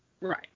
Right